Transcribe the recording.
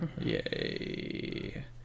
Yay